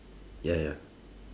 ya ya